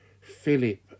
Philip